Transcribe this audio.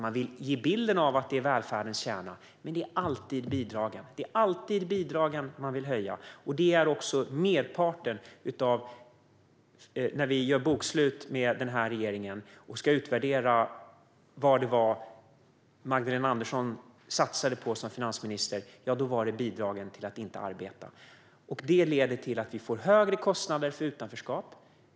Man vill ge bilden av att det är välfärdens kärna, men det är alltid bidragen. Det är alltid bidragen man vill höja. Det blir också svaret när vi gör bokslut med den här regeringen och ska utvärdera vad det var Magdalena Andersson satsade på som finansminister - merparten var bidragen till att inte arbeta. Det leder till att vi får högre kostnader för utanförskap.